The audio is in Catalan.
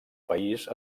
país